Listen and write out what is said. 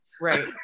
Right